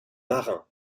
marin